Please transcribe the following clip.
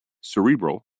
Cerebral